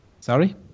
Sorry